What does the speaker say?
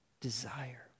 desire